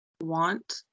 want